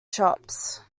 shops